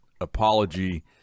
apology